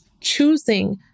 choosing